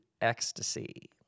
Ecstasy